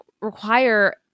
require